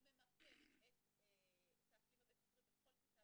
הוא ממפה את האקלים הבית-ספרי בכל כיתה